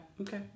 okay